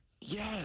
Yes